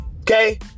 Okay